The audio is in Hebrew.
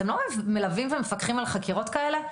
אתם לא מלווים ומפקחים על חקירות כאלה,